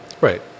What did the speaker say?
Right